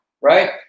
right